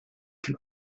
can